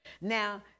Now